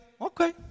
okay